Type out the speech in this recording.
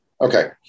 Okay